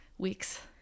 Weeks